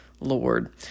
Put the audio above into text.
Lord